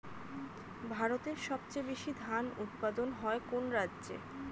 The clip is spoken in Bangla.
ভারতের সবচেয়ে বেশী ধান উৎপাদন হয় কোন রাজ্যে?